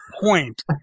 point